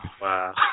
wow